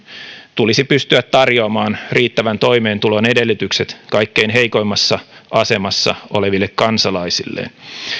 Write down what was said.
tulisi pystyä tarjoamaan riittävän toimeentulon edellytykset kaikkein heikoimmassa asemassa oleville kansalaisilleen